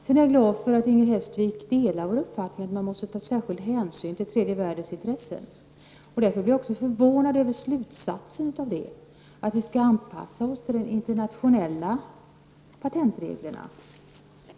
Jag är glad för att Inger Hestvik delar vår uppfattning att man måste ta särskilda hänsyn till tredje världens intressen. Vi är dock förvånade över att slutsatsen av denna uppfattning blir att vi skall anpassa oss till de internationella patentreglerna.